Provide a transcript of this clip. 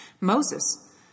Moses